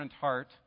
heart